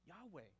Yahweh